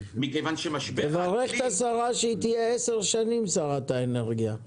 מכיוון שמשבר --- תברך את השרה שהיא תהיה שרת האנרגיה עשר שנים.